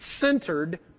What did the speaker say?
centered